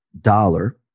dollar